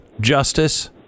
justice